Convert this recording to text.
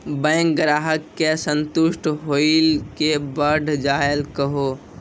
Bank ग्राहक के संतुष्ट होयिल के बढ़ जायल कहो?